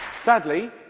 sadly,